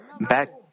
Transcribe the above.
Back